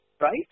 Right